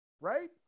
right